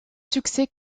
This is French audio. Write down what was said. succès